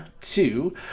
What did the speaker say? two